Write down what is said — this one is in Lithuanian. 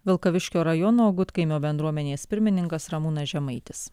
vilkaviškio rajono gudkaimio bendruomenės pirmininkas ramūnas žemaitis